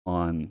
on